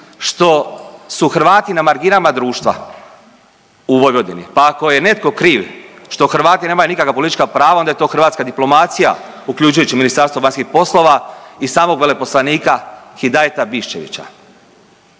što su Hrvati na marginama društva u Vojvodini, pa ako je netko kriv što Hrvati nemaju nikakva politička prava onda je to hrvatska diplomacija uključujući Ministarstvo vanjskih poslova i samog veleposlanika Hidajeta Biščevića.